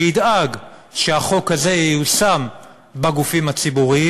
שידאג שהחוק הזה ייושם בגופים הציבוריים.